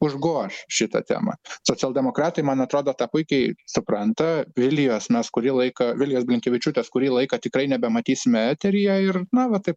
užgoš šitą temą socialdemokratai man atrodo tą puikiai supranta vilijos mes kurį laiką vilijos blinkevičiūtės kurį laiką tikrai nebematysime eteryje ir na va taip